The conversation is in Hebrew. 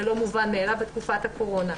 זה לא מובן מאליו בתקופת הקורונה.